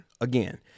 again